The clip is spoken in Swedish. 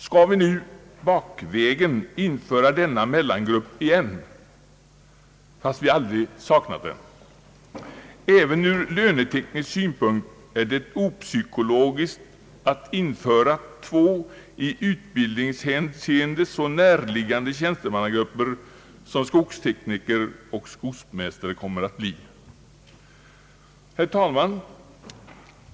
Skall vi nu bakvägen införa denna mellangrupp igen, trots att vi aldrig saknat den? Även från löneteknisk synpunkt är det opsykologiskt att införa två i utbildningshänseende så näraliggande tjänstemannagrupper som skogstekniker och skogsmästare. Herr talman!